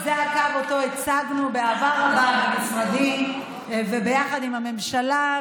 זה הקו שהצגנו באהבה רבה במשרדים וביחד עם הממשלה,